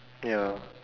ya